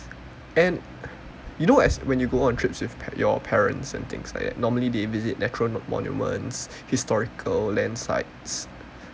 and you know as when you go on trips with par~ your parents and things like that normally they visit natural monuments historical land sites